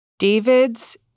David's